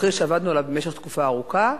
אחרי שעבדנו עליו במשך תקופה ארוכה,